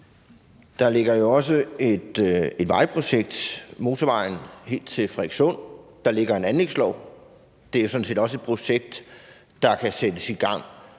Der ligger jo også et vejprojekt: motorvejen helt til Frederikssund. Der ligger en anlægslov. Det er sådan set også et projekt, der kan sættes i gang